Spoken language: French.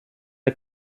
est